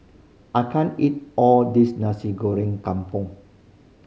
I can't eat all this Nasi Goreng Kampung